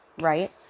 Right